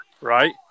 right